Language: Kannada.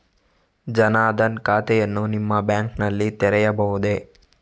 ಜನ ದನ್ ಖಾತೆಯನ್ನು ನಿಮ್ಮ ಬ್ಯಾಂಕ್ ನಲ್ಲಿ ತೆರೆಯಬಹುದೇ?